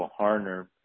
Harner